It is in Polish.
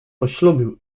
poślubił